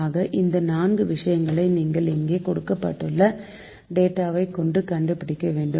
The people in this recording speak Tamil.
ஆக இந்த 4 விஷயங்களை நீங்கள் இங்கே கொடுக்கப்பட்டுள்ள டேட்டா வை கொண்டு கண்டுபிடிக்க வேண்டும்